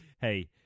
Hey